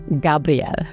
Gabriel